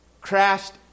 crashed